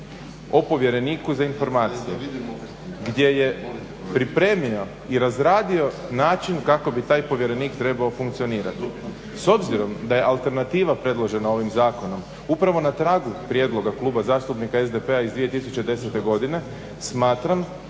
o povjereniku za informacije gdje je pripremio i razradio način kako bi taj povjerenik trebao funkcionirati. S obzirom da je alternativa predložena ovim zakonom, upravo na tragu prijedloga Kluba zastupnika SDP-a iz 2010., smatram